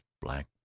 black